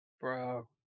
bro